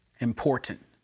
important